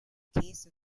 case